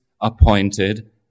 appointed